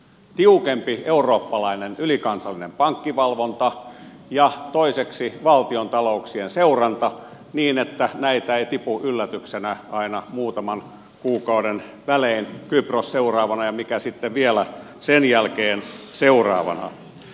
tiukempi eurooppalainen ylikansallinen pankkivalvonta ja toiseksi valtiontalouksien seuranta niin että näitä ei tipu yllätyksenä aina muutaman kuukauden välein kypros seuraavana ja mikä sitten vielä sen jälkeen seuraavana